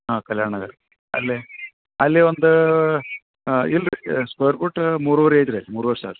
ಹಾಂ ಕಲ್ಯಾಣ ನಗರ ಅಲ್ಲೇ ಅಲ್ಲಿ ಒಂದು ಇಲ್ಲ ರೀ ಸ್ಕ್ವೇರ್ ಫೀಟ್ ಮೂರೂವರೆ ಐತಿ ರೀ ಅಲ್ಲಿ ಮೂರು ವರ್ಷ